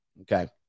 Okay